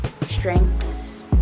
strengths